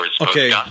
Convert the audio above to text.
Okay